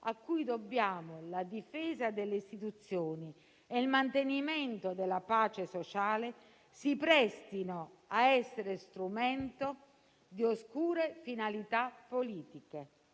a cui dobbiamo la difesa delle istituzioni e il mantenimento della pace sociale, si prestino a essere strumento di oscure finalità politiche.